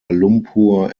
lumpur